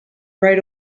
right